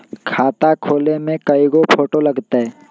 खाता खोले में कइगो फ़ोटो लगतै?